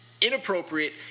inappropriate